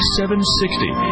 760